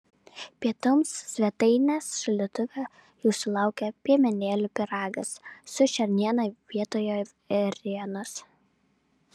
pietums svetainės šaldytuve jūsų laukia piemenėlių pyragas su šerniena vietoje ėrienos